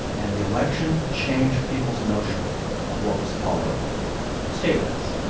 and the election changed people's notion of what was tolerable stay with us